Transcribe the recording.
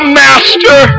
master